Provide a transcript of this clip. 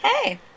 hey